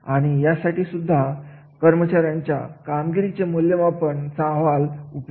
कार्याचे मूल्यमापन आणि कामगिरीचे मूल्यमापन याच्यामध्ये मूळ फरक म्हणजे